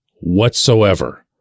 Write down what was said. whatsoever